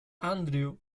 andrew